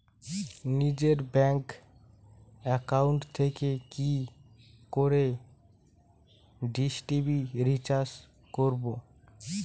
নিজের bank account থেকে কি করে ডিশ টি.ভি রিচার্জ করবো?